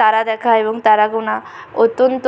তারা দেখা এবং তারা গোনা অত্যন্ত